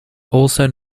also